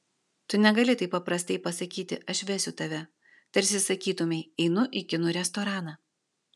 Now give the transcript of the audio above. tu negali taip paprastai pasakyti aš vesiu tave tarsi sakytumei einu į kinų restoraną